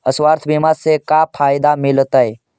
स्वास्थ्य बीमा से का फायदा मिलतै?